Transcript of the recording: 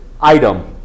item